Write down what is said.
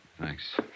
Thanks